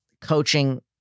coaching